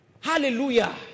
Hallelujah